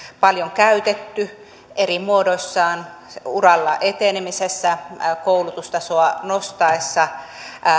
paljon käytetty eri muodoissaan uralla etenemisessä koulutustasoa nostettaessa